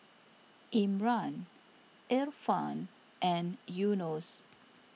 Imran Irfan and Yunos